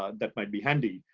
ah that might be handy.